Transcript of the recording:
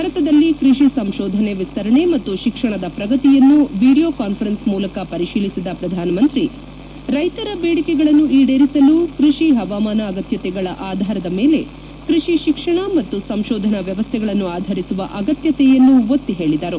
ಭಾರತದಲ್ಲಿ ಕೃಷಿ ಸಂಶೋಧನೆ ವಿಸ್ತರಣೆ ಮತ್ತು ಶಿಕ್ಷಣದ ಪ್ರಗತಿಯನ್ನು ವಿಡಿಯೋ ಕಾನ್ಫರೆನ್ಸ್ ಮೂಲಕ ಪರಿಶೀಲಿಸಿದ ಪ್ರಧಾನಮಂತ್ರಿ ರೈತರ ಬೇಡಿಕೆಗಳನ್ನು ಈಡೇರಿಸಲು ಕೃಷಿ ಹವಾಮಾನ ಅಗತ್ಯತೆಗಳ ಆಧಾರದ ಮೇಲೆ ಕೃಷಿ ಶಿಕ್ಷಣ ಮತ್ತು ಸಂಶೋಧನಾ ವ್ಯವಸ್ಥೆಗಳನ್ನು ಆಧರಿಸುವ ಅಗತ್ಯತೆಯನ್ನು ಒತ್ತಿ ಹೇಳಿದರು